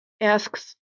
asks